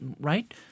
right